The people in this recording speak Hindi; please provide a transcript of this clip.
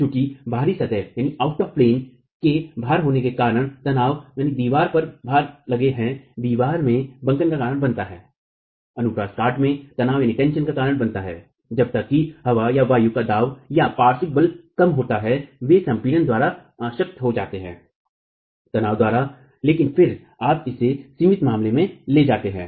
चूंकि बाहरी सतह के भार होने के कारण तनाव दीवार पर भारित भार लगने से दीवार में बंकन का कारण बनता है अनुप्रस्थ काट में तनाव का कारण बनता है जब तक कि हवा का दबाव या पार्श्व बल कम होता है वे संपीिड़त द्वारा अशक्त हो जाते हैं तनाव द्वारा लेकिन फिर आप इसे सीमित मामले में ले जाते हैं